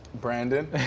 Brandon